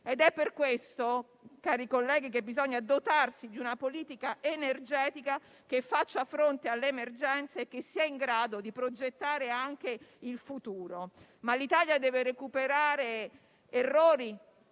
È per questo, cari colleghi, che bisogna dotarsi di una politica energetica che faccia fronte all'emergenza e sia in grado di progettare anche il futuro. Ma l'Italia deve recuperare errori